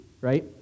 right